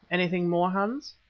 anything more, hans?